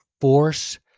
force